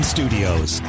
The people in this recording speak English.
Studios